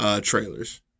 trailers